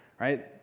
Right